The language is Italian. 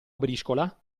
briscola